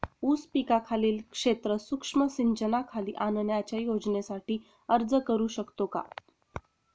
ऊस पिकाखालील क्षेत्र सूक्ष्म सिंचनाखाली आणण्याच्या योजनेसाठी अर्ज करू शकतो का?